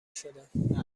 شدم